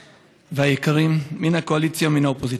והיקרים מן הקואליציה ומן האופוזיציה,